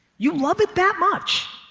you love it that much.